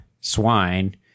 swine